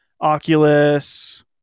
Oculus